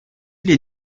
les